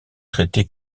traité